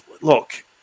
look